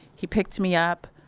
he picked me up.